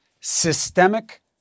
Systemic